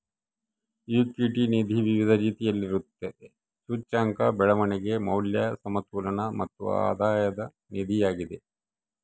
equity ನಿಧಿ ವಿವಿಧ ರೀತಿಯಲ್ಲಿರುತ್ತದೆ, ಸೂಚ್ಯಂಕ, ಬೆಳವಣಿಗೆ, ಮೌಲ್ಯ, ಸಮತೋಲನ ಮತ್ತು ಆಧಾಯದ ನಿಧಿಯಾಗಿದೆ